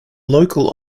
local